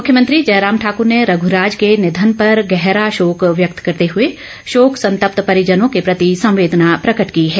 मुख्यमंत्री जयराम ठाकुर ने रघुराज के निधन पर गहरा शोक व्यक्त करते हुए शोक संत्पत परिजनों के प्रति संवेदना प्रकट की है